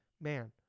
man